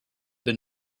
been